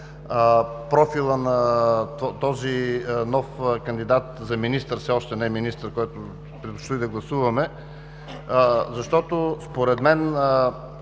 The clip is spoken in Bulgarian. профила на този нов кандидат за министър – все още не е министър, предстои да гласуваме – защото според мен